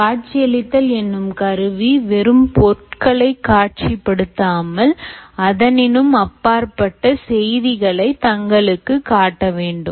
காட்சியளித்தல் எனும் கருவி வெறும் பொருட்களை காட்சி படுத்தாமல் அதனினும் அப்பாற்பட்ட செய்திகளை தங்களுக்கு காட்ட வேண்டும்